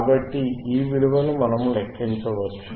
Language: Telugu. కాబట్టి ఈ విలువలను మనం లెక్కించవచ్చు